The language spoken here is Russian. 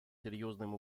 серьезным